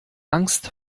angst